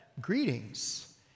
Greetings